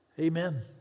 amen